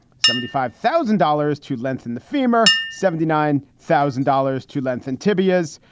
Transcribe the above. seventy five thousand dollars to lengthen the femur. seventy nine thousand dollars to lengthen tibias.